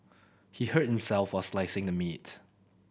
he hurt himself while slicing the meat